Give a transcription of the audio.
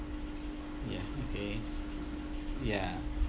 ya okay ya